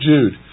Jude